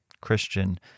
Christian